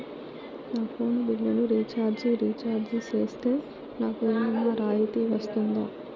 నా ఫోను బిల్లును recharge recharge సేస్తే, నాకు ఏమన్నా రాయితీ వస్తుందా?